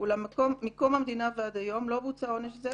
אולם מקום המדינה ועד היום לא בוצע עונש זה,